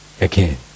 again